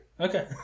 Okay